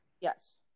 Yes